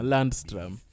Landstrom